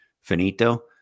finito